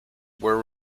were